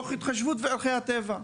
תוך התחשבות בערכי הטבע.